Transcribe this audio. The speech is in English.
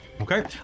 Okay